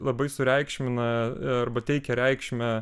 labai sureikšmina arba teikia reikšmę